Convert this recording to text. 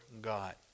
God